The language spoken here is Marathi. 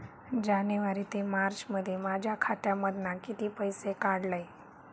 जानेवारी ते मार्चमध्ये माझ्या खात्यामधना किती पैसे काढलय?